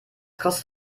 kostet